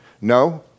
No